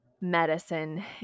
medicine